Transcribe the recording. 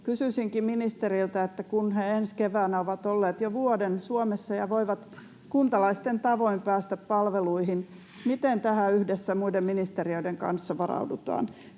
kysyisinkin ministeriltä: kun he ensi keväänä ovat olleet jo vuoden Suomessa ja voivat kuntalaisten tavoin päästä palveluihin, miten tähän yhdessä muiden ministeriöiden kanssa varaudutaan?